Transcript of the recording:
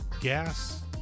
gas